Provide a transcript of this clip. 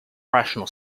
rational